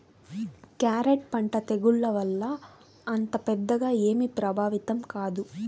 carrot పంట తెగుళ్ల వల్ల అంత పెద్దగా ఏమీ ప్రభావితం కాదు